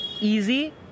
easy